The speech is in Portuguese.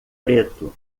preto